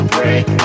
break